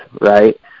right